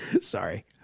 Sorry